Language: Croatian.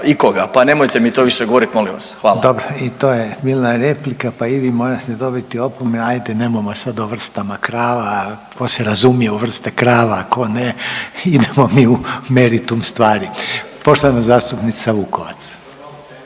ikoga, pa nemojte mi to više govorit molim vas, hvala. **Reiner, Željko (HDZ)** Dobro, i to je bila replika, pa i vi morate dobiti opomenu, ajde nemojmo sad o vrstama krava, ko se razumije u vrste krava, ko ne, idemo mi u meritum stvari. Poštovana zastupnica Vukovac.